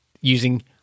using